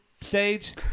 stage